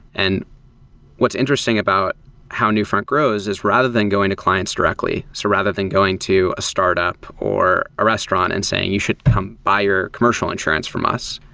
and what's interesting about how newfront grows this rather than going to clients directly, so rather than going to a startup or a restaurant and saying, you should come buy your commercial insurance from us,